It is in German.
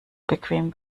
bequem